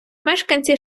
мешканці